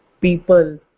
people